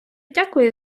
дякую